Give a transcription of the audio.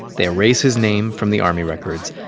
they erase his name from the army records.